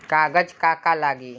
कागज का का लागी?